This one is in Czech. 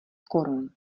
korun